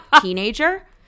teenager